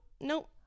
nope